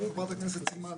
חברת הכנסת סילמן,